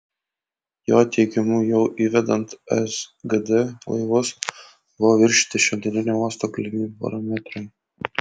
jo teigimu jau įvedant sgd laivus buvo viršyti šiandieninio uosto galimybių parametrai